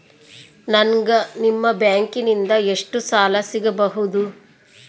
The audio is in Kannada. ನನಗ ನಿಮ್ಮ ಬ್ಯಾಂಕಿನಿಂದ ಎಷ್ಟು ಸಾಲ ಸಿಗಬಹುದು?